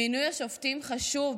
מינוי השופטים חשוב,